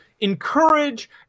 encourage